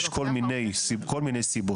יש כל מיני סיבות.